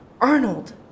Arnold